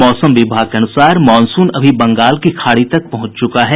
मौसम विभाग के अनुसार मॉनसून अभी बंगाल की खाड़ी तक पहुंच चुका है